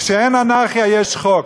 כשאין אנרכיה יש חוק.